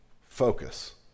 focus